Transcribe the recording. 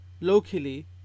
locally